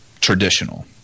traditional